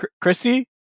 Christy